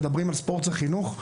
מדברים על ספורט וחינוך,